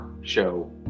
show